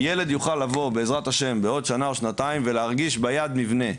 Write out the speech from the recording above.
ילד יוכל לבוא בעזרת ה' בעוד שנה או שנתיים ולהרגיש ביד מבנה.